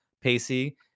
Pacey